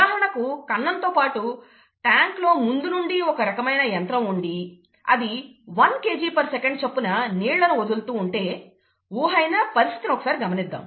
ఉదాహరణకు కన్నంతో పాటు ట్యాంక్ లో ముందు నుండే ఒక రకమైన యంత్రం ఉండి అది 1 Kgsec చప్పున నీళ్లను వదులుతూ ఉంటే ఊహ అయినా పరిస్థితిని ఒకసారి గమనిద్దాం